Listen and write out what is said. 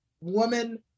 woman